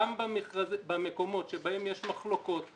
גם במקומות שבהם יש מחלוקות,